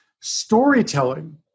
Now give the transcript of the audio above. storytelling